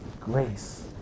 grace